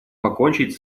покончить